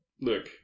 look